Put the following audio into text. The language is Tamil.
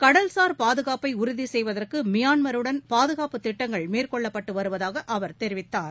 கடல்சார் பாதுகாப்பைஉறுதிசெய்வதற்குமியான்மாருடன் பாதுகாப்பு திட்டங்கள் மேற்கொள்ளப்பட்டுவருவதாகஅவர் தெரிவித்தார்